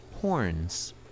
horns